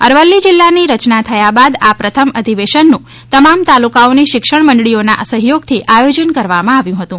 અરવલ્લી જિલ્લાની રચના થયા બાદ આ પ્રથમ અધિવેશન નું તમામ તાલુકાઓની શિક્ષક મંડળીઓના સહયોગથી આયોજન કરવામાં આવ્યું હતું